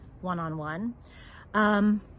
one-on-one